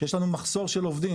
יש לנו מחסור של עובדים,